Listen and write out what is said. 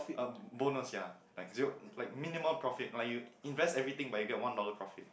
um bonus ya like zero like minimum profit like you invest everything but you get one dollar profit